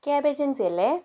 cab ഏജൻസിയല്ലേ